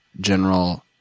general